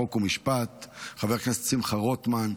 חוק ומשפט חבר הכנסת שמחה רוטמן,